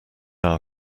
our